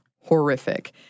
horrific